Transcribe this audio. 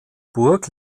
burg